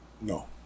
No